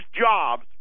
jobs